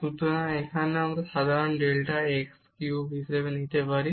সুতরাং এখানেও আমরা সাধারণ ডেল্টা x কিউব নিতে পারি